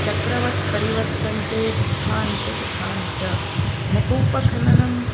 चक्रवत् परिवर्तन्ते दुःखानि च सुखानि च न कूपखननं